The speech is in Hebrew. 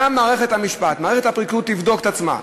גם מערכת המשפט, מערכת הפרקליטות תבדוק את עצמה.